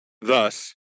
Thus